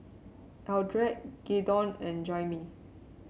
Eldred Graydon and Jaimee